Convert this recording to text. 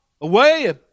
away